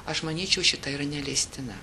aš manyčiau šita yra neleistina